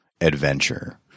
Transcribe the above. adventure